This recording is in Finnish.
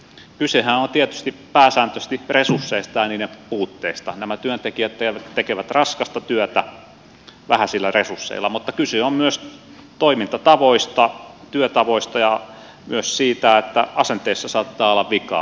kysehän on tietysti pääsääntöisesti resursseista ja niiden puutteesta nämä työntekijät tekevät raskasta työtä vähäisillä resursseilla mutta kyse on myös toimintatavoista työtavoista ja myös siitä että asenteissa saattaa olla vikaa